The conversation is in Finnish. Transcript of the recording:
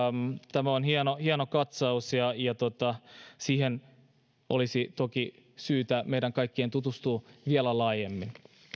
tämä on hieno hieno katsaus ja ja siihen olisi toki syytä meidän kaikkien tutustua vielä laajemmin